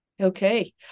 Okay